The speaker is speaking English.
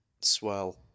Swell